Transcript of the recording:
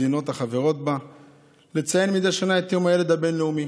מדי שנה את יום הילד הבין-לאומי.